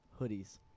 hoodies